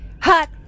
Hot